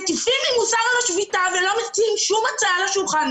מטיפים לי מוסר על השביתה ולא מציעים שום הצעה על השולחן.